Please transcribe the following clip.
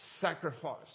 sacrifice